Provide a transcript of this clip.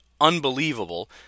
unbelievable